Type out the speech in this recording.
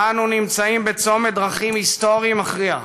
אנו נמצאים בצומת דרכים היסטורי מכריע.